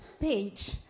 page